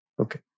Okay